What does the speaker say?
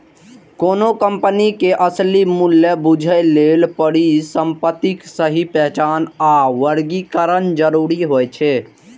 कोनो कंपनी के असली मूल्य बूझय लेल परिसंपत्तिक सही पहचान आ वर्गीकरण जरूरी होइ छै